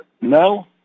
No